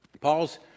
Paul's